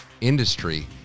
industry